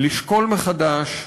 לשקול מחדש,